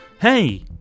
hey